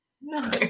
no